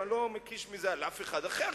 ואני לא מקיש מזה על אף אחד אחר,